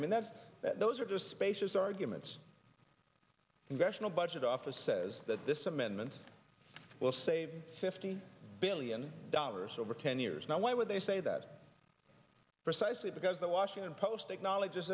i mean that's those are spaces arguments congressional budget office says that this amendment will save fifty billion dollars over ten years now why would they say that precisely because the washington post acknowledges